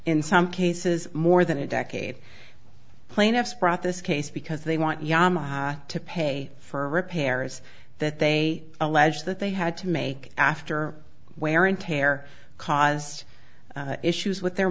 in some cases more than a decade plaintiffs brought this case because they want to pay for repairs that they allege that they had to make after wear and tear cause issues with their